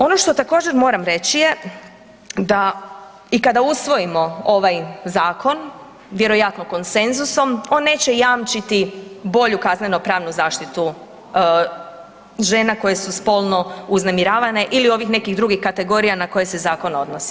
Ono što također, moram reći je da i kada usvojimo ovaj Zakon, vjerojatno konsenzusom, on neće jamčiti bolju kaznenopravnu zaštitu žena koje su spolno uznemiravane ili ovih nekih drugih kategorija na koje se zakon odnosi.